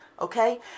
Okay